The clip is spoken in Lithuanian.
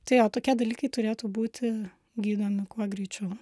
tai jo tokie dalykai turėtų būti gydomi kuo greičiau